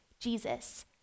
Jesus